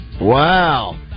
Wow